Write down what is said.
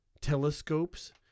telescopes